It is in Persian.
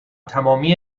تمامی